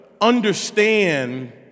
understand